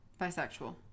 Bisexual